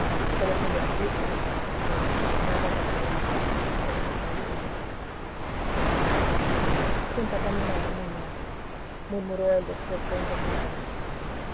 pero sin decidirse a declarar a aquel nada referente a suceso tan singular siéntate a mi lado niña murmuró él después que hubo cenado